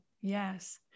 yes